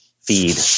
feed